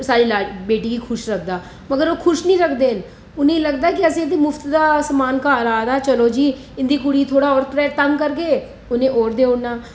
साढ़ी ला बेटी गी खुश रखदा मगर ओह् खुश नेईं रखदे उ'नें ई लगदा ऐ के असें ई मुफ्त दा सामान घर आ दा चलो जी इं'दी कुड़ी गी थोह्ड़ा होर परेशान करगे उ'नें होर देई ओड़ना